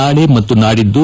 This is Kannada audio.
ನಾಳೆ ಮತ್ತು ನಾಡಿದ್ದು